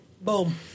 Boom